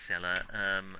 seller